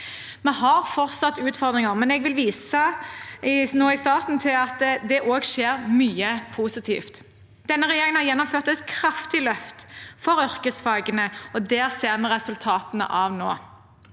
Vi har fortsatt utfordringer, men jeg vil nå i starten vise til at det også skjer mye positivt. Denne regjeringen har gjennomført et kraftig løft for yrkesfagene, og det ser vi resultatene av nå.